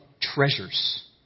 treasures